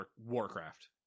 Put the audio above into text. Warcraft